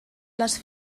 les